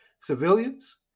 civilians